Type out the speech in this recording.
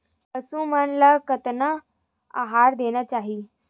पशु मन ला कतना आहार देना चाही?